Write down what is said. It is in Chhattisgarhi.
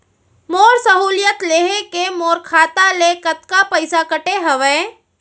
मोर सहुलियत लेहे के मोर खाता ले कतका पइसा कटे हवये?